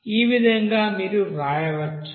ఈ విధంగా మీరు వ్రాయవచ్చు